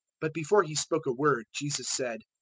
but before he spoke a word jesus said,